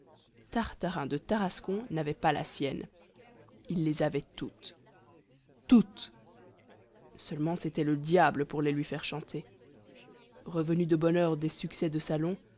tartarin de tarascon n'avait pas la sienne il les avait toutes toutes seulement c'était le diable pour les lui faire chanter revenu de bonne heure des succès de salon